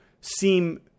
seem